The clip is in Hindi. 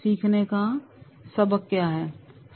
सीखने का सबक क्या है